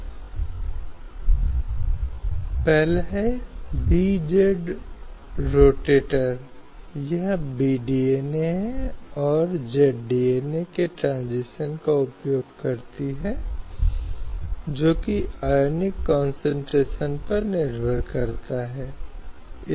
इसलिए धर्म पर आधारित है इसलिए चाहे कोई हिंदू है कोई मुसलमान है या कोई ईसाई है इसलिए आगे चलकर हमारे पास अलग अलग व्यक्तिगत कानून हैं जो विवाह के पहलू तलाक को अपनाने आदि के पहलू को नियंत्रित करते हैं अन्य मामलों में आइए हम कहते हैं कि अनुबंध के संबंध में संपत्ति आदि के संबंध में पूरे देश में एक समान कानून हैं